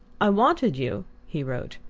i wanted you, he wrote,